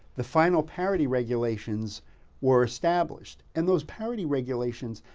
the final parody regulations were established, and those parody regulations,